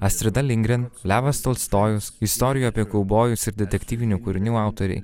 astrid lindgren levas tolstojus istorijų apie kaubojus ir detektyvinių kūrinių autoriai